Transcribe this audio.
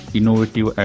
innovative